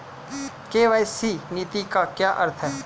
KYC नीति का क्या अर्थ है?